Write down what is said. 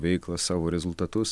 veiklą savo rezultatus